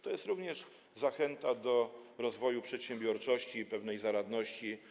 To jest również zachęta do rozwoju przedsiębiorczości i pewnej zaradności.